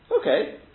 Okay